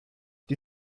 die